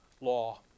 law